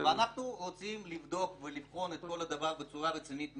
ואנחנו רוצים לבדוק ולבחון את כל הדבר בצורה רצינית מאוד.